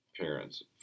parents